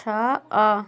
ଛଅ